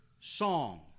song